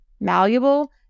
malleable